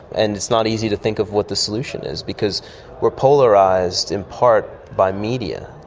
and it's not easy to think of what the solution is because we're polarised in part by media.